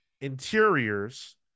interiors